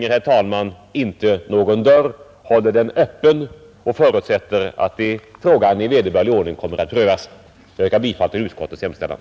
Utskottet stänger inte någon dörr utan håller den öppen och förutsätter att frågan i vederbörlig ordning kommer att prövas. Herr talman! Jag ber att få yrka bifall till utskottets hemställan.